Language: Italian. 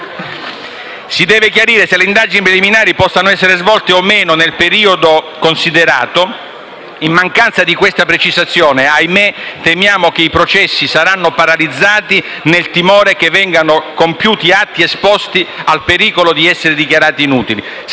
si deve chiarire se le indagini preliminari possano essere svolte o no nel periodo considerato; in mancanza di questa precisazione - ahimé - temiamo che i processi saranno paralizzati, nel timore che vengano compiuti atti esposti al pericolo di essere dichiarati inutili.